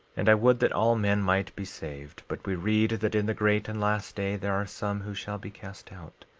and i would that all men might be saved. but we read that in the great and last day there are some who shall be cast out,